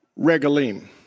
Regalim